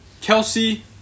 Kelsey